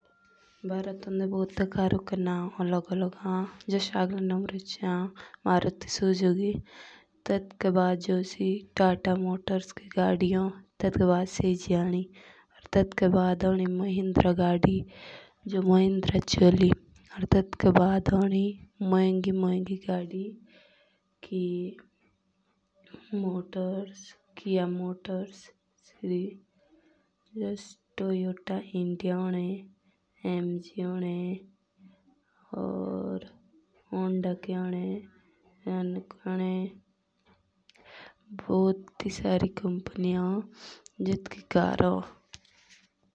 भरोटोंडे बहुत कारुन के नाम लोग ओलोग होन हस एगले नामब्रच एओन मारुति सुजुकी, टेटके बैड जो सी टाटा मोटर्स की गाड़ी होन टेटके बैड सेजी अनी टेटके बैड अनी महिंद्रा गाड़ी। या फिर टेटके बुरी होनी मोहिंगी मोहगी गाड़ी।